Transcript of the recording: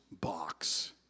box